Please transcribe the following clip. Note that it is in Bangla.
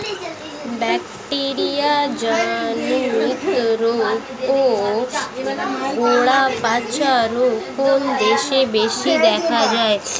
ব্যাকটেরিয়া জনিত রোগ ও গোড়া পচা রোগ কোন দেশে বেশি দেখা যায়?